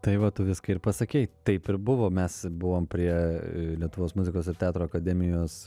tai va tu viską ir pasakei taip ir buvo mes buvom prie lietuvos muzikos ir teatro akademijos